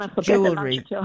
jewelry